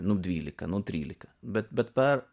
nu dvylika nu trylika bet bet per